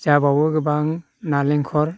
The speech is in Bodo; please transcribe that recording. जाबावो गोबां नालेंखर